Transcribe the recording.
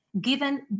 given